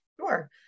Sure